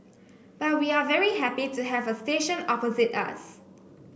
but we are very happy to have a station opposite us